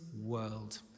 world